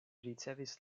ricevis